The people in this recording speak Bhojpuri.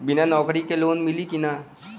बिना नौकरी के लोन मिली कि ना?